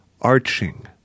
arching